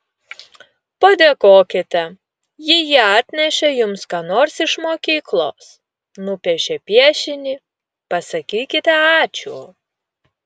padėkokite jei jie atnešė jums ką nors iš mokyklos nupiešė piešinį pasakykite ačiū